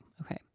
okay